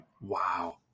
Wow